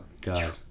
god